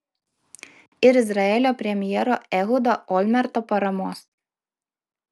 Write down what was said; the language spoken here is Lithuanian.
ir izraelio premjero ehudo olmerto paramos